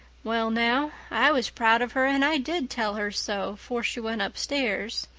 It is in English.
well now, i was proud of her and i did tell her so fore she went upstairs,